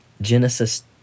Genesis